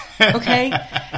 Okay